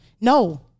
No